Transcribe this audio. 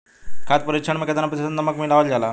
खाद्य परिक्षण में केतना प्रतिशत नमक मिलावल जाला?